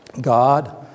God